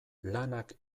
lanak